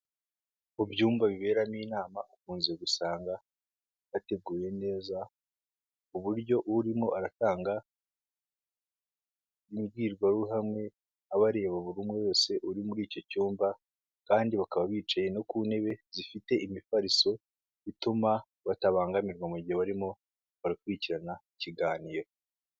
Mu byumba biberamo inama, ukunze gusanga bateguye neza, kuburyo urimo aratanga imbwirwaruhame aba areba buri umwe wese uri muri icyo cyumba, kandi bakaba bicaye no ku ntebe zifite imifariso, bituma batabangamirwa mu gihe barimo barakurikirana ikiganiro.